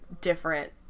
different